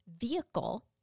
vehicle